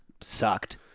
sucked